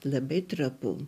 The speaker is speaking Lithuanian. labai trapu